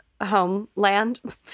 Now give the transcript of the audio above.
Homeland